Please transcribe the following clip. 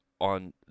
on